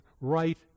right